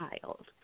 child